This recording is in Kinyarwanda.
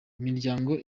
imiryango